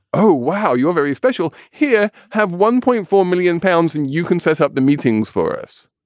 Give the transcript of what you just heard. oh, wow, you're very special here. have one point four million pounds and you can set up the meetings for us.